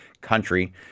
country